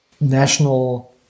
national